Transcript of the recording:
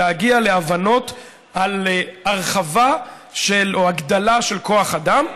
להגיע להבנות על הרחבה או הגדלה של כוח האדם,